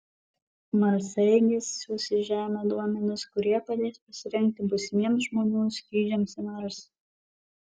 marsaeigis siųs į žemę duomenis kurie padės pasirengti būsimiems žmonių skrydžiams į marsą